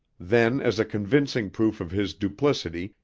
then, as a convincing proof of his duplicity,